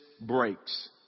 breaks